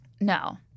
No